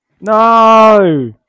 no